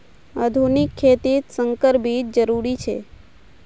आधुनिक खेतित संकर बीज जरुरी छे